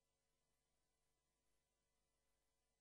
ראינו